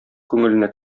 күңеленә